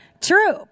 true